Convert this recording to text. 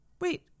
wait